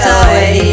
away